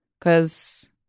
Cause